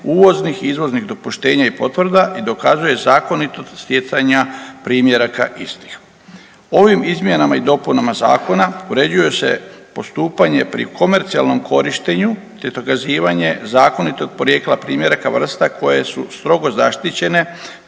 uvoznih i izvoznih dopuštenja i potvrda i dokazuje zakonitost stjecanja primjeraka istih. Ovim izmjenama i dopunama zakona uređuje se postupanje pri komercijalnom korištenju, te dokazivanje zakonitog porijekla primjeraka vrsta koje su strogo zaštićene